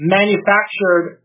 manufactured